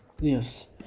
Yes